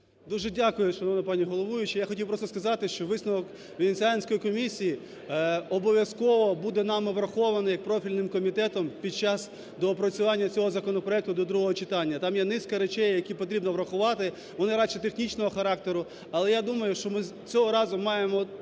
Дуже дякую, шановна пані головуюча. Я хотів просто сказати, що висновок Венеціанської комісії обов'язково буде нами врахований, як профільним комітетом, під час доопрацювання цього законопроекту до другого читання. Там є низка речей, які потрібно врахувати, вони радше технічного характеру. Але, я думаю, що ми цього разу маємо